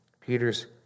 Peter's